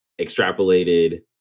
extrapolated